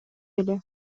эле